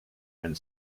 and